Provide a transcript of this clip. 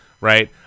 right